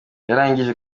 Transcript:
yarangije